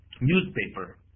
newspaper